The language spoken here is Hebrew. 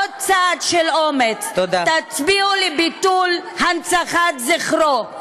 עוד צעד של אומץ, תצביעו לביטול הנצחת זכרו.